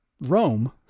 rome